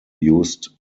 used